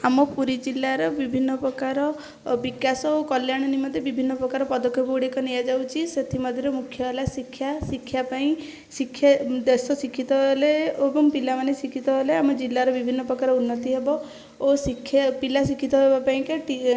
ଆମ ପୁରୀ ଜିଲ୍ଲାର ବିଭିନ୍ନ ପ୍ରକାର ବିକାଶ ଓ କଲ୍ୟାଣ ନିମନ୍ତେ ବିଭିନ୍ନ ପ୍ରକାର ପଦକ୍ଷେପ ଗୁଡ଼ିକ ନିଆଯାଉଛି ସେଥିମଧ୍ୟରୁ ମୁଖ୍ୟ ହେଲା ଶିକ୍ଷା ଶିକ୍ଷା ପାଇଁ ଶିକ୍ଷା ଦେଶ ଶିକ୍ଷିତ ହେଲେ ଏବଂ ପିଲାମାନେ ଶିକ୍ଷିତ ହେଲେ ଆମ ଜିଲ୍ଲାର ବିଭିନ୍ନ ପ୍ରକାର ଉନ୍ନତି ହେବ ଓ ଶିକ୍ଷା ପିଲା ଶିକ୍ଷିତ ହେବା ପାଇଁକା ଟି